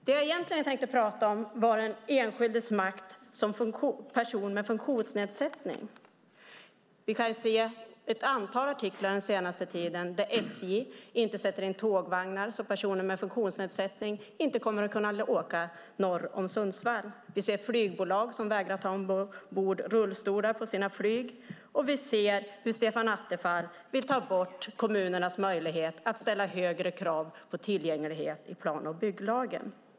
Det jag egentligen tänkte prata om är den enskildes makt för en person med funktionsnedsättning. Vi har sett ett antal artiklar den senaste tiden där SJ inte har satt in tågvagnar så att personer med funktionsnedsättning inte kan åka norr om Sundsvall. Vi har sett flygbolag som vägrar ta ombord rullstolar på sina flyg, och vi ser hur Stefan Attefall vill ta bort kommunernas möjlighet att ställa högre krav på tillgänglighet i plan och bygglagen.